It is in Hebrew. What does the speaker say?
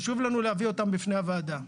חשוב לנו להביא אותם בפני הוועדה.